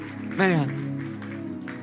man